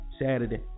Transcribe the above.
Saturday